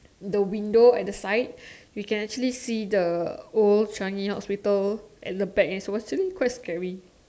the window at the side you can actually see the old Changi hospital at the back leh it's actually quite scary